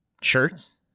Shirts